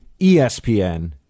ESPN